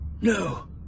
No